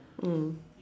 mm